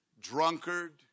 drunkard